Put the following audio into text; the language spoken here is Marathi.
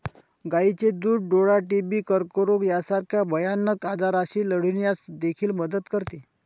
गायीचे दूध डोळा, टीबी, कर्करोग यासारख्या भयानक आजारांशी लढण्यास देखील मदत करते